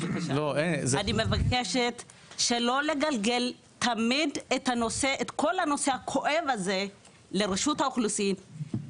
אני מבקשת שלא לגלגל תמיד את כל הנושא הכואב הזה לרשות האוכלוסין.